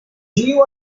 jiu